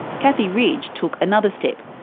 kathy ridge took another step.